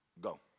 go